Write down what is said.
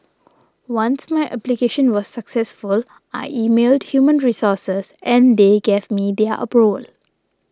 once my application was successful I emailed human resources and they gave me their aboard